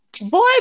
boy